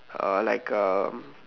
uh like um